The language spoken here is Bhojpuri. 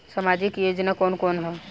सामाजिक योजना कवन कवन ह?